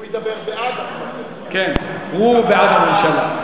הוא ידבר בעד, כן, הוא בעד הממשלה.